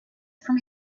from